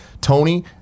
Tony